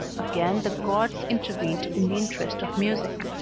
again the gods intervened in the interest of music.